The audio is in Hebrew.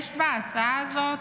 יש בהצעה הזאת,